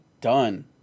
done